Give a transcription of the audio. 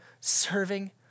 serving